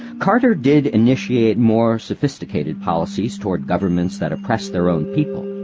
carter did initiate more sophisticated policies toward governments that oppressed their own people.